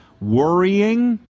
worrying